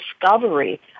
discovery